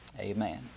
Amen